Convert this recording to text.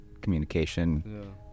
communication